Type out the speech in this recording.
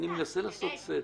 ניסן תראה,